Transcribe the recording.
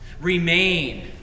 Remain